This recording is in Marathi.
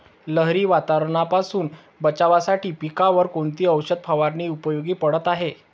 लहरी वातावरणापासून बचावासाठी पिकांवर कोणती औषध फवारणी उपयोगी पडत आहे?